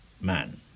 man